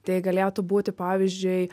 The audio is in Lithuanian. tai galėtų būti pavyzdžiui